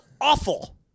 awful